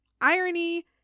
Irony